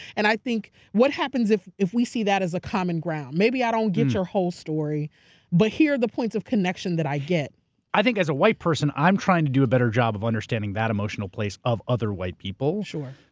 and i think what happens if if we see that as a common ground. maybe i don't get your whole story but here are the points of connection that i get. i think as a white person, i'm trying to do a better job of understanding that emotional place of other white people. sure.